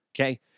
Okay